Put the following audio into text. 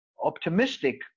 optimistic